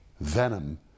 venom